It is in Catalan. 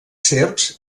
serps